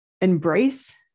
embrace